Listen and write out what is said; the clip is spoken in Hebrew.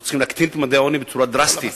אנחנו צריכים להקטין את ממדי העוני בצורה דרסטית,